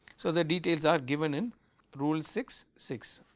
so, the details are given in rule six six.